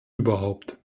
überhaupt